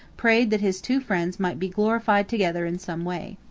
prayed that his two friends might be glorified together in some way.